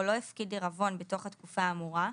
לא הפקיד עירבון בתוך התקופה האמורה,